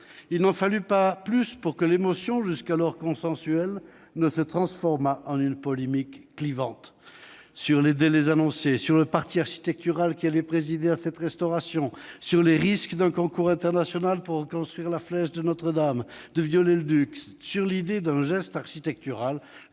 Il n'en fallut pas plus pour que l'émotion, jusqu'alors consensuelle, se transformât en une polémique clivante sur les délais annoncés, le parti architectural qui allait présider à cette restauration, les risques d'un concours international pour reconstruire la flèche de Viollet-le-Duc, l'idée d'un « geste architectural